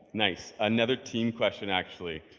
nice. another team question, actually,